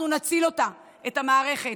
אנחנו נציל אותה, את המערכת.